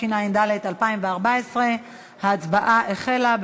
התשע"ד 2014. ההצבעה החלה.